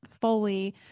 fully